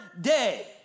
day